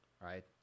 right